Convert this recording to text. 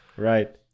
Right